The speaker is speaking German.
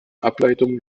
ableitungen